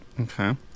Okay